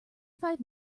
five